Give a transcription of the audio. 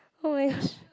oh-my-gosh